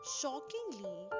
shockingly